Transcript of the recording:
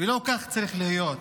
ולא כך צריך להיות,